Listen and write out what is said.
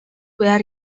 behar